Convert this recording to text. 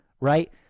right